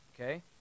okay